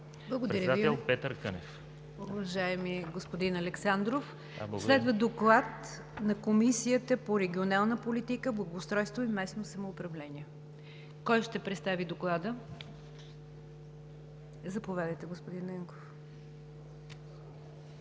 Благодаря Ви, уважаеми господин Александров. Следва Доклад на Комисията по регионална политика, благоустройство и местно самоуправление. Кой ще представи Доклада? Заповядайте, господин Ненков.